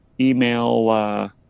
Email